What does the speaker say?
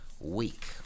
week